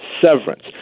severance